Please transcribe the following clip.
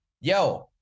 yo